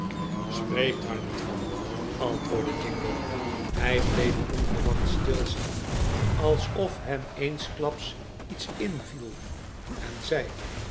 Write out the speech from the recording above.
spreek daar niet van antwoordde jingle hij bleef onverwachts stilstaari alsof hem eensklaps iets inviel en zei